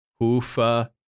hoofa